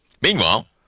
Meanwhile